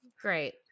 great